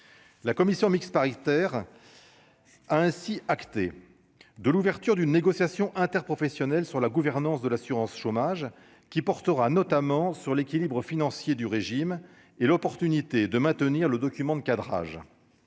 la commission mixte paritaire a ainsi acté de l'ouverture d'une négociation interprofessionnelle sur la gouvernance de l'assurance chômage qui portera notamment sur l'équilibre financier du régime et l'opportunité de maintenir le document de cadrage